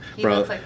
bro